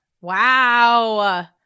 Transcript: Wow